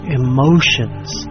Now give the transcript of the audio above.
emotions